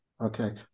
okay